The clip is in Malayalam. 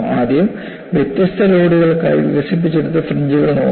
ആദ്യം വ്യത്യസ്ത ലോഡുകൾക്കായി വികസിപ്പിച്ചെടുത്ത ഫ്രിഞ്ച്കൾ നോക്കുക